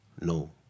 No